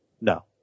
No